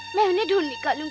no need to like ah